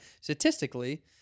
statistically